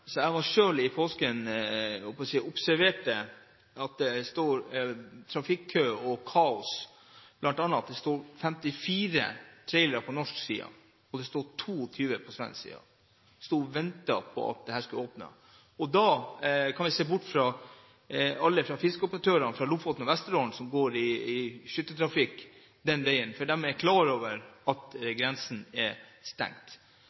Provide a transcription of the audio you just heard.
kaos, bl.a. at det sto 54 trailere på norsk side og 22 på svensk side og ventet på at veien skulle åpnes. Da kan vi se bort fra alle fisketransportørene fra Lofoten og Vesterålen, som går i skytteltrafikk den veien, for de er klar over at grensen er stengt.